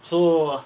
so